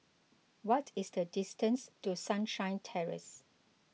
what is the distance to Sunshine Terrace